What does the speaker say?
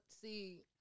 see